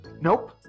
nope